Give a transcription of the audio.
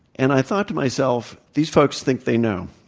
and i thought to myself, these folks think they know.